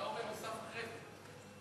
האורן נוסף אחרי זה.